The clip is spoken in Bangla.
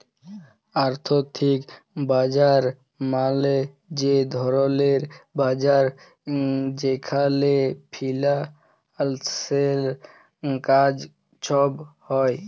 আথ্থিক বাজার মালে যে ধরলের বাজার যেখালে ফিল্যালসের কাজ ছব হ্যয়